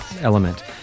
element